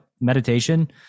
meditation